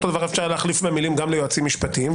ואפשר היה להחליף את המילים גם ליועצים משפטיים,